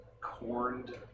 Corned